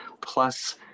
plus